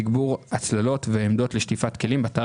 תגבור הצללות ועמדות לשטיפת כלים באתר